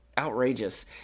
outrageous